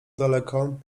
daleko